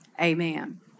amen